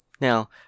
Now